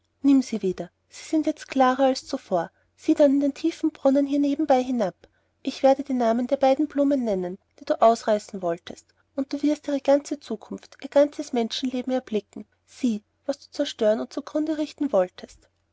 nimm sie wieder sie sind jetzt klarer als zuvor sieh dann in den tiefen brunnen hier nebenbei hinab ich werde die namen der beiden blumen nennen die du ausreißen wolltest und du wirst ihre ganze zukunft ihr ganzes menschenleben erblicken sieh was du zerstören und zu grunde richten wolltest